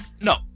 No